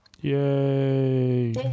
Yay